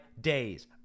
days